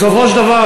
בסופו של דבר,